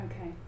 Okay